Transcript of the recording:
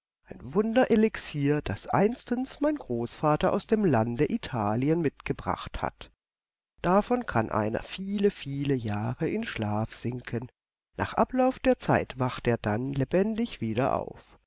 ein wunderelixier das einstens mein großvater aus dem lande italien mitgebracht hat davon kann einer viele viele jahre in schlaf sinken nach ablauf der zeit wacht er dann lebendig wieder auf